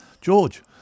George